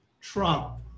trump